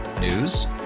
News